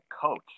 coach